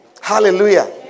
Hallelujah